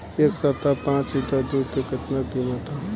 एह सप्ताह पाँच लीटर दुध के का किमत ह?